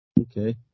Okay